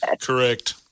Correct